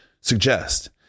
Suggest